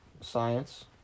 science